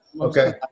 okay